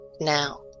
now